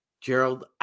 Gerald